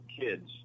kids